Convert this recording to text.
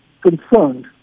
concerned